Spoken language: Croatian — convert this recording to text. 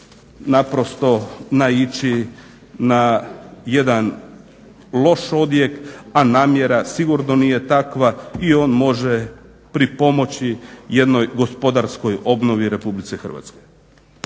naprosto naići na jedan loš odjek, a namjera sigurno nije takva i on može pripomoći jednoj gospodarskoj obnovi u RH.